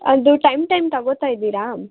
ಅದು time time ತಗೊತಾ ಇದ್ದೀರಾ